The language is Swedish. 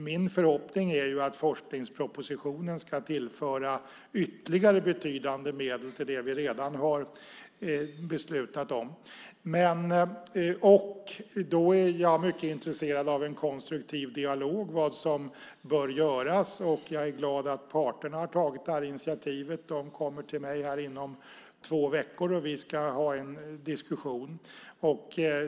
Min förhoppning är att forskningspropositionen ska tillföra ytterligare betydande medel till det vi redan har beslutat om. Jag är mycket intresserad av en konstruktiv dialog om vad som bör göras. Jag är glad att parterna har tagit initiativet. De kommer till mig inom två veckor. Vi ska ha en diskussion.